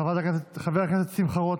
חבר הכנסת שמחה רוטמן,